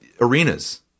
arenas